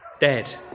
dead